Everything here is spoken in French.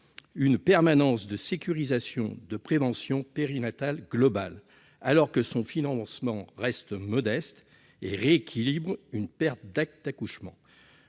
une permanence de sécurisation de prévention périnatale globale, alors que son financement reste modeste et rééquilibre une perte d'actes d'accouchement